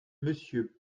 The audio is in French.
monsieur